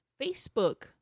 Facebook